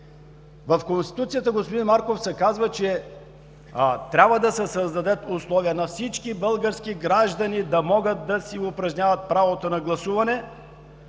В Конституцията, господин Марков, се казва, че трябва да се създадат условия на всички български граждани да могат да си упражняват правото на гласуване.